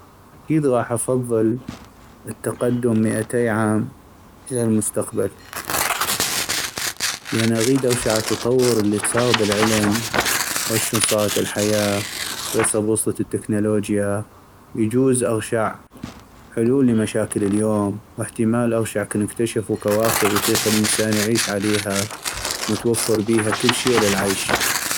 اكيد غاح افضل التقدم مئتي عام إلى المستقبل ، لان اغيد اغشع التطور اللي صاغ بالعلم ، واشون صاغت الحياة ويصب وصلت التكنولوجيا ، ويجوز اغشع حلول لمشاكل اليوم ، واحتمال اغشع كن اكتشفوا كواكب يطيق الانسان يعيش عليها ومتوفر بيها كل شي للعيش.